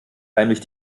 heimlich